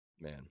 Man